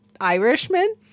Irishman